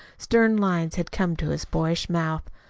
stern lines had come to his boyish mouth.